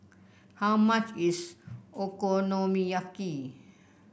how much is Okonomiyaki